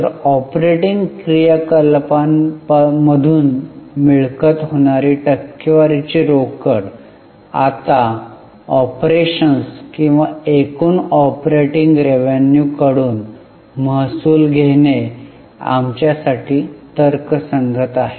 तर ऑपरेटिंग क्रियाकलापांमधून मिळकत होणारी टक्केवारीची रोकड आता ऑपरेशन्स किंवा एकूण ऑपरेटिंग रेव्हेन्यूकडून महसूल घेणे आमच्यासाठी तर्कसंगत आहे